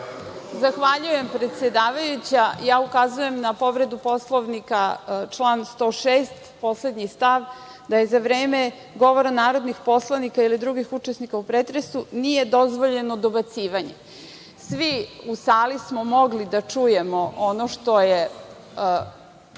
Zahvaljujem predsedavajuća. Ukazujem na povredu Poslovnika, član 106. poslednji stav, da za vreme govora narodnih poslanika ili drugih učesnika u pretresu nije dozvoljeno dobacivanje. Svi u sali smo mogli da čujemo ono što je